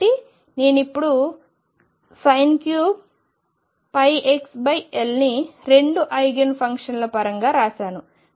కాబట్టి నేను ఇప్పుడు 3 πxL ని రెండు ఐగెన్ ఫంక్షన్ల పరంగా వ్రాసాను